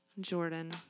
Jordan